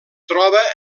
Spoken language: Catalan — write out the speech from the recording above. troba